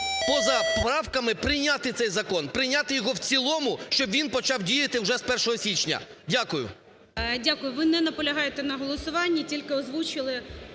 поза правками прийняти цей закон. Прийняти його в цілому, щоб він почав вже діяти з 1 січня. Дякую. ГОЛОВУЮЧИЙ. Дякую. Ви не наполягаєте на голосуванні, тільки озвучили